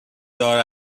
دار